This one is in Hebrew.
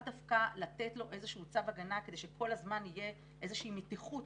דווקא לתת לו איזשהו צו הגנה כדי שכל הזמן תהיה איזושהי מתיחות